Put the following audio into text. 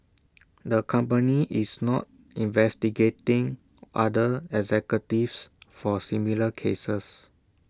the company is not investigating other executives for similar cases